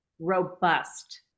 robust